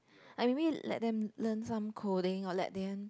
I mean let them learn some coding or let them